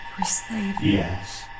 Yes